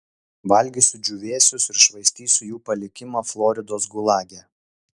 valgysiu džiūvėsius ir švaistysiu jų palikimą floridos gulage